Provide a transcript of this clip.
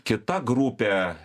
kita grupė